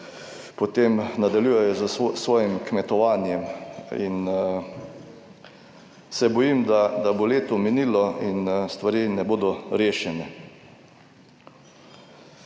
potem nadaljujejo s svojim kmetovanjem. In se bojim, da bo leto minilo in stvari ne bodo rešene.